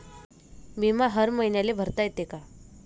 बिमा हर मईन्याले भरता येते का?